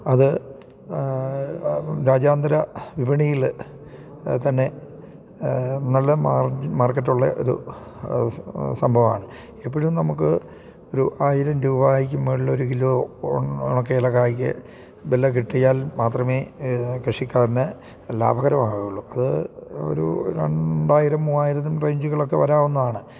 അത് രാജ്യാന്ദര വിപണിയിൽ തന്നെ നല്ല മാർജിൻ മാർക്കറ്റുള്ള ഒരു സംഭവമാണ് എപ്പോഴും നമുക്ക് ഒരു ആയിരം രൂപായിക്കും മുകളിൽ ഒരു കിലോ ഉണക്ക ഏലക്കായിക്ക് വില കിട്ടിയാൽ മാത്രമേ കൃഷിക്കാരന് ലാഭകരം ആകുള്ളൂ അത് ഒരു രണ്ടായിരം മൂവായിരം റേഞ്ചുകളൊക്കെ വരാവുന്നാണ്